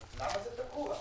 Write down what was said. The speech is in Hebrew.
למה זה תקוע?